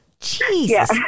Jesus